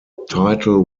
title